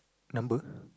number